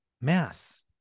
mass